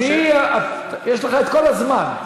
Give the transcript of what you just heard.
יש לך כל הזמן.